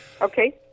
Okay